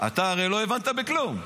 אתה הרי לא הבנת כלום.